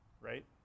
right